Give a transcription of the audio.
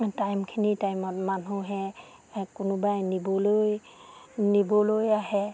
টাইমখিনি টাইমত মানুহে কোনোবাই নিবলৈ নিবলৈ আহে